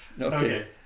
Okay